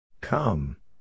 Come